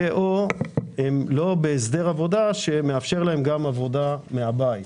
ו/ או לא בהסדר עבודה שמאפשר להם גם עבודה מהבית.